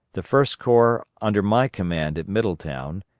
the first corps under my command at middletown,